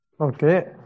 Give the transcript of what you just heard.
Okay